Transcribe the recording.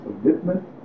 commitment